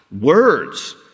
words